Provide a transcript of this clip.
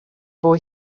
boy